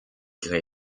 grès